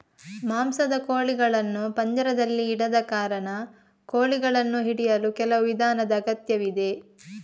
ಮಾಂಸದ ಕೋಳಿಗಳನ್ನು ಪಂಜರದಲ್ಲಿ ಇಡದ ಕಾರಣ, ಕೋಳಿಗಳನ್ನು ಹಿಡಿಯಲು ಕೆಲವು ವಿಧಾನದ ಅಗತ್ಯವಿದೆ